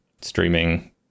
streaming